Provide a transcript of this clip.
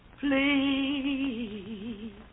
please